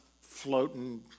floating